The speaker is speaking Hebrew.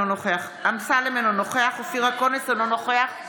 אינו נוכח דוד